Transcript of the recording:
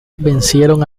vencieron